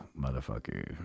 motherfucker